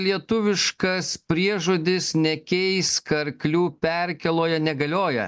lietuviškas priežodis nekeisk arklių perkėloje negalioja